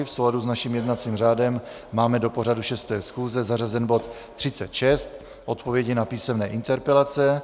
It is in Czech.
V souladu s naším jednacím řádem máme do pořadu 6. schůze zařazen bod 36 Odpovědi na písemné interpelace.